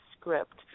script